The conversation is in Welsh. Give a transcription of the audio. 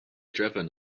drefn